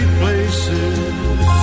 places